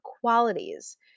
qualities